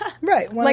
Right